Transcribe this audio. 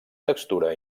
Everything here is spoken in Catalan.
textura